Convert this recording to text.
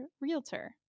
realtor